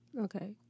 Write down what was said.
Okay